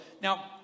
Now